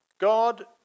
God